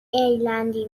ایرلندی